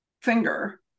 finger